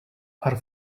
are